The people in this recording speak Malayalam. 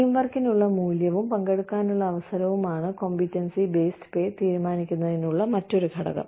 ടീം വർക്കിനുള്ള മൂല്യവും പങ്കെടുക്കാനുള്ള അവസരവുമാണ് കോമ്പീറ്റൻസി ബേസ്ഡ് പേ തീരുമാനിക്കുന്നതിനുള്ള മറ്റൊരു ഘടകം